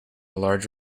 large